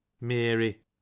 Mary